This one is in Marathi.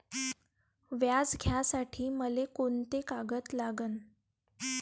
व्याज घ्यासाठी मले कोंते कागद लागन?